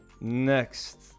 Next